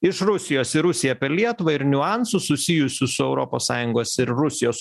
iš rusijos į rusiją per lietuvą ir niuansų susijusių su europos sąjungos ir rusijos